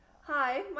Hi